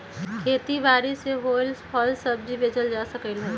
खेती बारी से होएल फल सब्जी बेचल जा सकलई ह